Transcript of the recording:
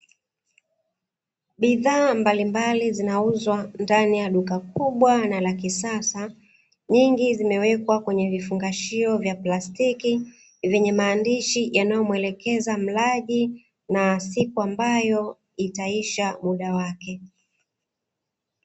Bidhaa mbalimbali zinauzwa ndani ya duka kubwa na la kisasa, nyingi zimewekwa kwenye vifungashio vya plastiki vyenye maandishi yanayomuelekeza mlaji na siku ambayo itaisha muda wake.